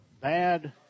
bad